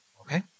Okay